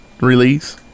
release